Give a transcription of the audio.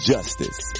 Justice